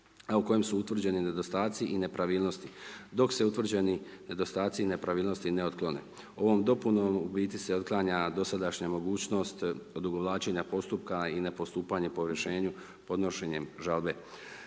a u kojem su utvrđeni nedostaci i nepravilnosti, dok se utvrđeni nedostaci i nepravilnosti, ne otklone. Ovom dopunom, u biti se, otklanja dosadašnja mogućnost odugovlačenja postupka i ne postupanje po Rješenju, podnošenjem Žalbe.